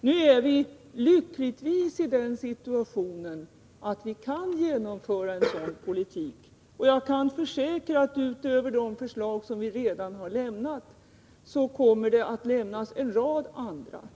Nu är vi lyckligtvis i den situationen att vi kan genomföra en sådan politik. Jag kan försäkra att utöver de förslag som vi redan har lämnat kommer det att lämnas en rad andra.